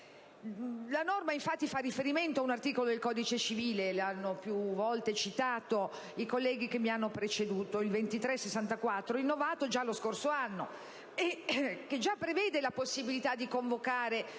La norma infatti fa riferimento all'articolo 2364 del codice civile - che hanno più volte citato i colleghi che mi hanno preceduto - innovato lo scorso anno, che già prevede la possibilità di convocare,